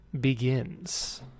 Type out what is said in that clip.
begins